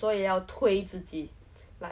but then like